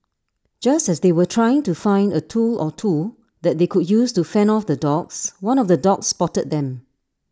just as they were trying to find A tool or two that they could use to fend off the dogs one of the dogs spotted them